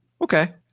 Okay